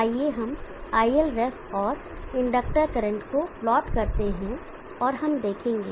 आइए हम ILref और इंडक्टर करंट को प्लॉट करते हैं और हम देखेंगे